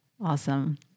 awesome